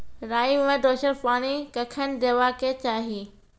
राई मे दोसर पानी कखेन देबा के चाहि?